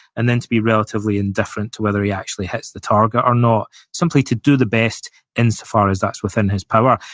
and then to be relatively indifferent to whether he actually hits the target or not, simply to do the best insofar as that's within his power.